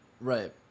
Right